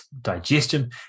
digestion